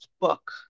book